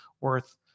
worth